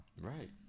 Right